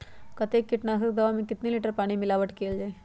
कतेक किटनाशक दवा मे कितनी लिटर पानी मिलावट किअल जाई?